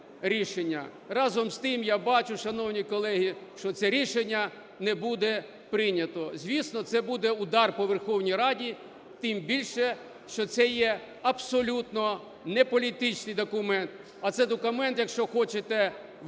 Разом з тим я бачу, шановні колеги, що це рішення не буде прийнято. Звісно, це буде удар по Верховній Раді, тим більше, що це є абсолютно неполітичний документ, а це документ, якщо хочете, великого